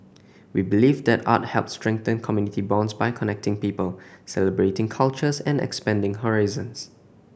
we believe that art helps strengthen community bonds by connecting people celebrating cultures and expanding horizons